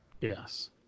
Yes